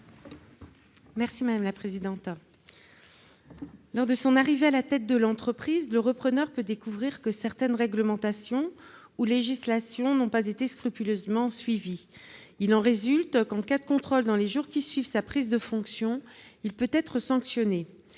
n° 72 rectifié. Lors de son arrivée à la tête de l'entreprise, le repreneur peut découvrir que certaines réglementations ou législations n'ont pas été scrupuleusement suivies. Ainsi, en cas de contrôle dans les jours qui suivent sa prise de fonction, il peut être sanctionné.